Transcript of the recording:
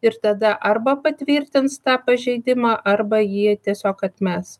ir tada arba patvirtins tą pažeidimą arba jį tiesiog atmes